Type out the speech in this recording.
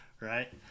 right